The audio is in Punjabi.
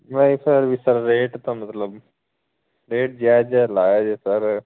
ਮੈਂ ਫਿਰ ਵੀ ਸਰ ਰੇਟ ਤਾਂ ਮਤਲਬ ਰੇਟ ਜਾਇਜ਼ ਜਾਇਜ਼ ਲਾਇਆ ਜੀ ਸਰ